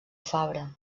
fabra